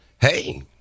Hey